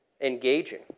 engaging